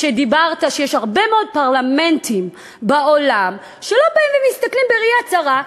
אמרת שיש הרבה מאוד פרלמנטים בעולם שלא באים ומסתכלים בראייה צרה,